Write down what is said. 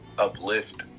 uplift